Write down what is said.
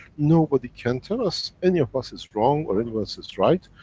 nobody can tell us, any of us is wrong, or any of us is right,